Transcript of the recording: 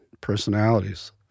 personalities